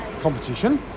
competition